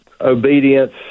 obedience